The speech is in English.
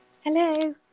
Hello